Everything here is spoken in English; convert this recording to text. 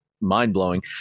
mind-blowing